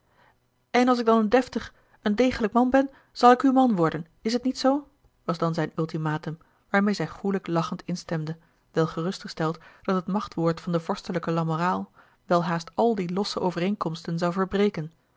en als ik dan een deftig een degelijk man ben zal ik uw man worden is het niet zoo was dan zijn ultimatum waarmeê zij goelijk lachend instemde wel gerustgesteld dat het machtwoord van den vorstelijken lamoraal welhaast al die losse overeenkomsten zou verbreken